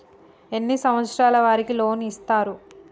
ఎన్ని సంవత్సరాల వారికి లోన్ ఇస్తరు?